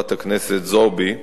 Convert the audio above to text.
חברת הכנסת זועבי,